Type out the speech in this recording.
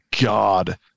god